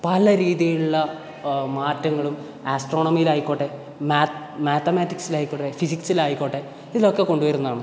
പല രീതീലുള്ള മാറ്റങ്ങളും ആസ്ട്രോണമിയിലായിക്കോട്ടെ മാത് മാത്തമാറ്റിക്സിലായിക്കോട്ടെ ഫിസിക്സിലായിക്കോട്ടെ ഇതൊക്കെ കൊണ്ട് വരുന്നതാണ്